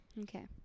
Okay